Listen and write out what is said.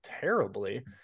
terribly